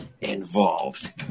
involved